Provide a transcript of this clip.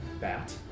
bat